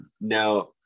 Now